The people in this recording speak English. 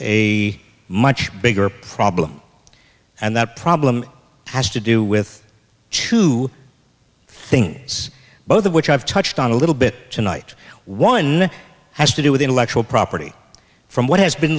a much bigger problem and that problem has to do with two things both of which i've touched on a little bit tonight one has to do with intellectual property from what has been